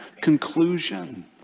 conclusion